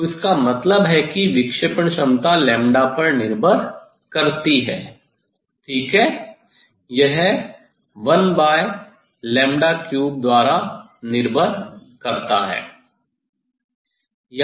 तो इसका मतलब है कि विक्षेपण क्षमता लैम्ब्डा पर निर्भर करती है ठीक है यह 13 द्वारा निर्भर करता है